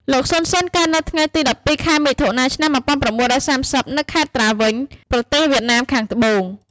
លោកសុន សេន កើតនៅថ្ងៃទី១២ ខែ មិថុនា ឆ្នាំ១៩៣០ នៅខេត្តត្រាវិញ ប្រទេសវៀតណាមខាងត្បូង។